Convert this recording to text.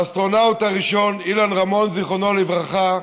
לאסטרונאוט הראשון, אילן רמון זיכרונו לברכה,